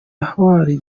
hawaii